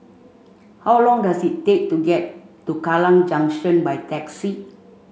how long does it take to get to Kallang Junction by taxi